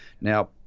Now